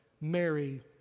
Mary